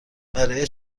برای